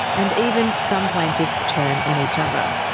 and even some plaintiffs turn on each other.